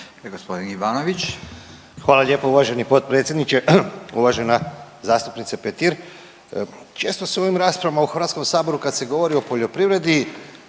Hvala lijepo uvaženi potpredsjedniče. Uvažena zastupnice Petir, često se u ovim raspravama u HS kad se govori o poljoprivredi